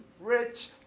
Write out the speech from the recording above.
rich